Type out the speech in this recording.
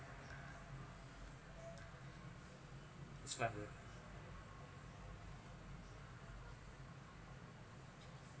describe the